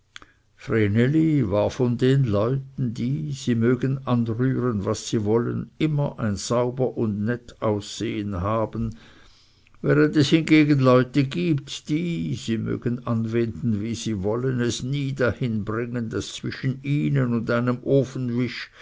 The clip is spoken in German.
war von den leuten die sie mögen anrühren was sie wollen immer ein sauber und nett aussehen haben während es hingegen leute gibt die sie mögen anwenden wie sie wollen es nie dahin bringen daß zwischen ihnen und einem